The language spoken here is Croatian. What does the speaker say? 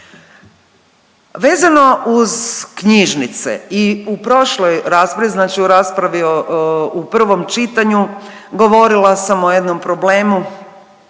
Vezano uz knjižnice i u prošloj raspravi, znači u raspravi u prvom čitanju, govorila sam o jednom problemu